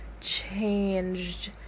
changed